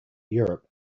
europe